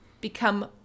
become